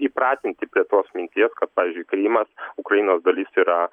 įpratinti prie tos minties kad pavyzdžiui krymas ukrainos dalis yra